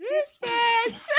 Respect